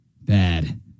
bad